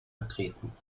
vertreten